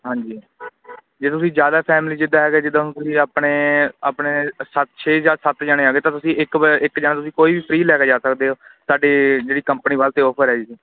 ਹਾਂਜੀ ਜੇ ਤੁਸੀਂ ਜ਼ਿਆਦਾ ਫੈਮਿਲੀ ਜਿੱਦਾਂ ਹੈਗਾ ਜਿੱਦਾਂ ਹੁਣ ਤੁਸੀਂ ਆਪਣੇ ਆਪਣੇ ਸੱਤ ਛੇ ਜਾਂ ਸੱਤ ਜਣੇ ਆ ਗਏ ਤਾਂ ਤੁਸੀਂ ਇੱਕ ਇੱਕ ਜਾਣਾ ਤੁਸੀਂ ਕੋਈ ਵੀ ਫ੍ਰੀ ਲੈ ਕੇ ਜਾ ਸਕਦੇ ਹੋ ਸਾਡੇ ਜਿਹੜੀ ਕੰਪਨੀ ਵੱਲ ਤੋਂ ਓਫਰ ਹੈ ਜੀ